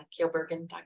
keelbergen.com